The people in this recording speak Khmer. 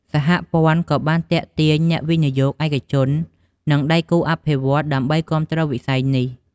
សហព័ន្ធក៏បានទាក់ទាញអ្នកវិនិយោគឯកជន និងដៃគូអភិវឌ្ឍន៍ដើម្បីគាំទ្រវិស័យនេះ។